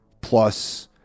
plus